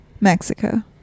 Mexico